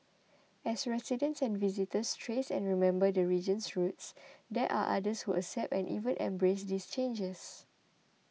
as residents and visitors trace and remember the region's roots there are others who accept and even embrace these changes